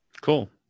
Cool